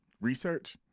research